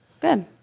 Good